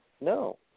No